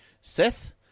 Seth